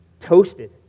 Toasted